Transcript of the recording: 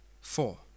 four